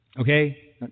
Okay